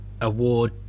award